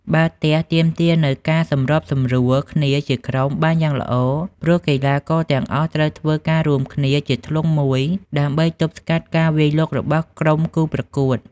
បាល់ទះទាមទារនូវការសម្របសម្រួលគ្នាជាក្រុមបានយ៉ាងល្អ ព្រោះកីឡាករទាំងអស់ត្រូវធ្វើការរួមគ្នាជាធ្លុងមួយដើម្បីទប់ស្កាត់ការវាយលុករបស់ក្រុមគូប្រកួត។